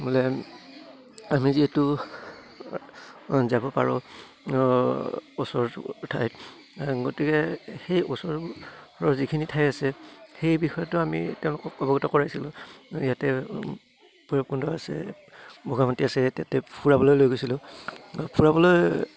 বোলে আমি যিহেতু যাব পাৰোঁ ওচৰ ঠাইত গতিকে সেই ওচৰৰ যিখিনি ঠাই আছে সেই বিষয়টো আমি তেওঁলোকক অৱগত কৰাইছিলোঁ ইয়াতে ভৈৰৱকুণ্ড আছে আছে ইয়াতে ফুৰাবলৈ লৈ গৈছিলোঁ ফুৰাবলৈ